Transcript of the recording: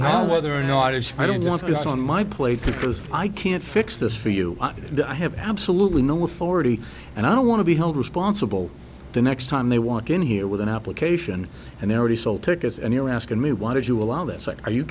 not whether or not it's i don't want this on my plate because i can't fix this for you and i have absolutely no authority and i don't want to be held responsible the next time they want in here with an application and they already sold tickets and you're asking me why did you allow that site are you